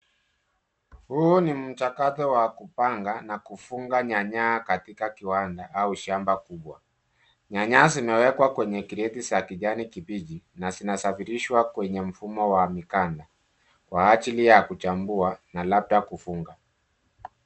Huu ni mchakato wa kupanga na kufunga nyanya katika kiwanda au shamba kubwa. Nyanya zimewekwa kwenye crate za kijani kibichi na zinasafirishwa kwenye mfumo wa mikanda kwa ajili ya kichambua na labda kufunga.